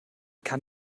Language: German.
kann